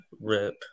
Rip